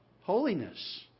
Holiness